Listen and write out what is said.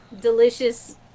Delicious